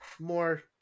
more